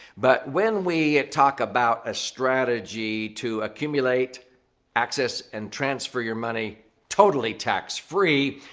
but when we talk about a strategy to accumulate access and transfer your money totally tax-free,